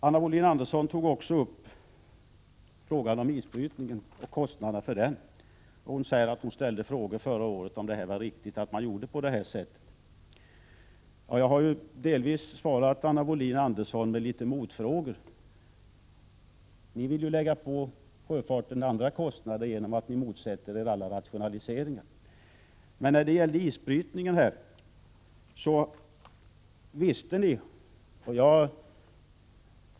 Anna Wohlin-Andersson tog också upp frågan om isbrytningen och kostnaderna för den. Hon sade att hon ställt frågor härom förra året. Jag har delvis svarat Anna Wohlin-Andersson med några motfrågor. Ni vill ju lägga på sjöfarten andra kostnader genom att ni motsätter er alla rationaliseringar.